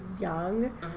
young